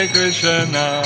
Krishna